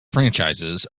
franchises